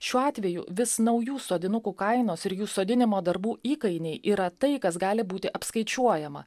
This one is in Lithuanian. šiuo atveju vis naujų sodinukų kainos ir jų sodinimo darbų įkainiai yra tai kas gali būti apskaičiuojama